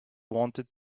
wanted